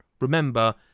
remember